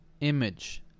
image